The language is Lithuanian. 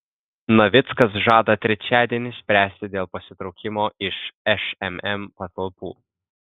navickas žada trečiadienį spręsti dėl pasitraukimo iš šmm patalpų